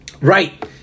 Right